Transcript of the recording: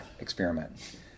experiment